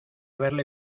verle